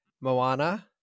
Moana